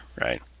right